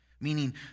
meaning